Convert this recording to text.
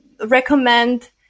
recommend